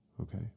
Okay